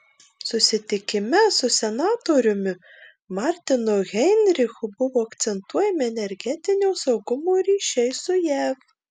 susitikime su senatoriumi martinu heinrichu buvo akcentuojami energetinio saugumo ryšiai su jav